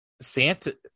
Santa